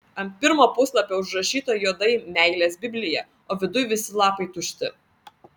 ant pirmo puslapio užrašyta juodai meilės biblija o viduj visi lapai tušti